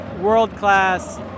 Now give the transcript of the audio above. world-class